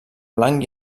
blanc